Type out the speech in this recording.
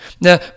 Now